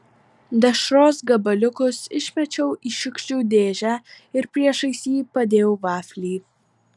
dešros gabaliukus išmečiau į šiukšlių dėžę ir priešais jį padėjau vaflį